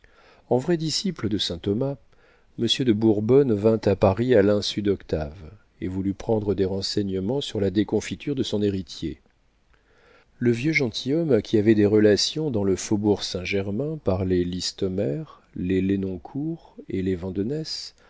en vrai disciple de saint thomas monsieur de bourbonne vint à paris à l'insu d'octave et voulut prendre des renseignements sur la déconfiture de son héritier le vieux gentilhomme qui avait des relations dans le faubourg saint-germain par les listomère les lenoncourt et les vandenesse